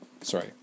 sorry